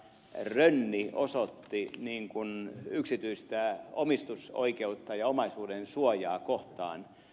rönni osoitti yksityistä omistusoikeutta ja omaisuudensuojaa kohtaan